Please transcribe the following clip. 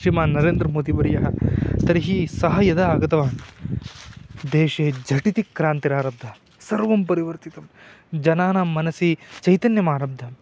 श्रीमान् नरेन्द्रमोदिवर्यः तर्हि सः यदा आगतवान् देशे झटिति क्रान्तिरारब्धा सर्वं परिवर्तितं जनानां मनसि चैतन्यमारब्धम्